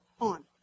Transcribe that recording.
on